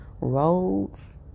roads